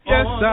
Yes